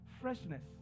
freshness